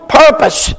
purpose